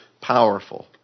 powerful